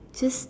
just